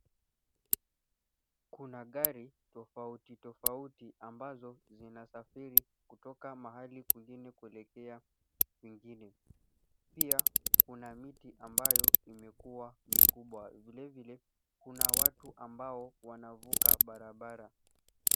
Kuna gari tofauti tofauti ambazo zinasafiri kutoka mahali kwengine kuelekea kwengine. Pia kuna miti ambayo imekua mikubwa, vilevile kuna watu ambao wanavuka barabara.